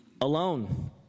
alone